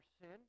sin